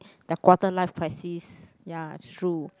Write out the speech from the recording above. their quarter life crisis ya it's true